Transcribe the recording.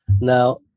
Now